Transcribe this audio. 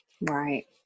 right